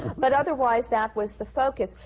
but otherwise, that was the focus.